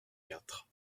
quatre